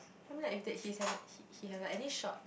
I mean like if that he said he he has like I think short